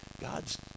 God's